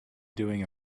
doing